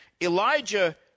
Elijah